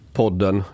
podden